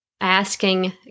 asking